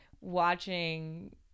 watching